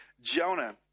Jonah